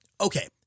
Okay